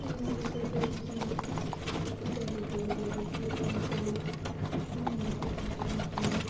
ଅନୁଭୂତି ହୁଏ କି ଯେମିତି ଡର ଡର ଲାଗେ କିଏ କ'ଣ କହିବ ମୁଁ ଏମିତି କହିଲି ବୋଲି